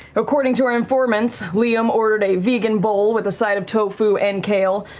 according to our informants, liam ordered a vegan bowl with a side of tofu and kale.